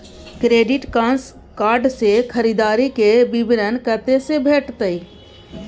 Credit card से खरीददारी के विवरण कत्ते से भेटतै?